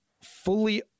fully